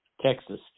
Texas